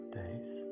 days